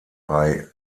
bei